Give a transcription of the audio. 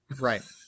right